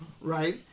right